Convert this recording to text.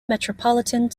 metropolitan